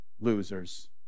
losers